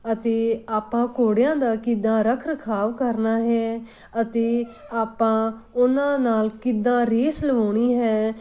ਅਤੇ ਆਪਾਂ ਘੋੜਿਆਂ ਦਾ ਕਿੱਦਾਂ ਰੱਖ ਰਖਾਵ ਕਰਨਾ ਹੈ ਅਤੇ ਆਪਾਂ ਉਹਨਾਂ ਨਾਲ ਕਿੱਦਾਂ ਰੇਸ ਲਵਾਉਣੀ ਹੈ